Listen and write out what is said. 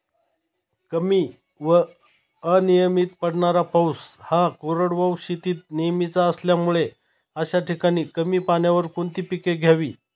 कमी व अनियमित पडणारा पाऊस हा कोरडवाहू शेतीत नेहमीचा असल्यामुळे अशा ठिकाणी कमी पाण्यावर कोणती पिके घ्यावी?